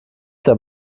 der